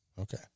Okay